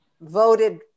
voted